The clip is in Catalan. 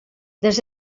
des